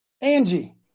Angie